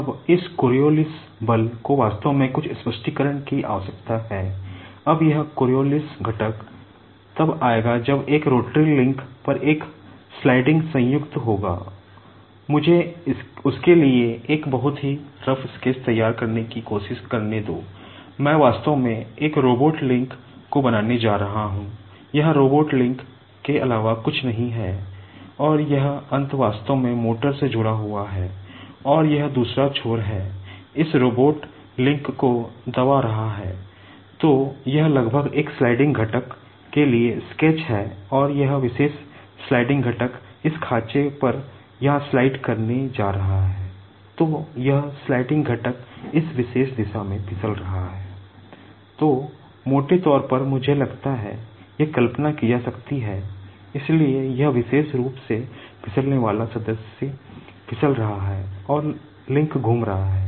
अब इस कोरिओलिस बल इस विशेष दिशा में फिसल रहा है तो मोटे तौर पर मुझे लगता है यह कल्पना की जा सकती है इसलिए यह विशेष रूप से फिसलने वाला सदस्य फिसल रहा है और लिंक घूम रहा है